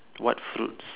what fruits